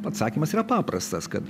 atsakymas yra paprastas kad